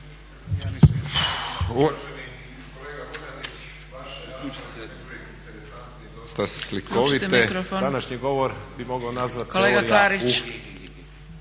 Kolega Klarić